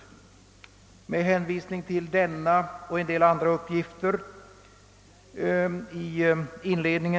Utbrytarstatens talesman beklagade också den stormaktsinblandning, bl.a. i form av vapenleveranser, som «ytterligare ökar tragedins omfattning.